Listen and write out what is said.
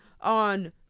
on